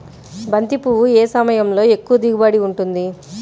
బంతి పువ్వు ఏ సమయంలో ఎక్కువ దిగుబడి ఉంటుంది?